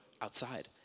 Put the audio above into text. outside